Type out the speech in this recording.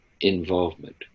involvement